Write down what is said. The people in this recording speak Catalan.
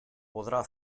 podrà